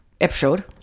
Episode